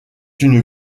une